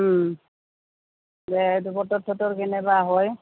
দে বতৰ থতৰ কেনেবা হয়